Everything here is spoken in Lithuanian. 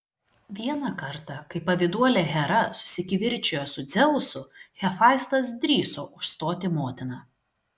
vieną kartą kai pavyduolė hera susikivirčijo su dzeusu hefaistas drįso užstoti motiną